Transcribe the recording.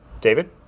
David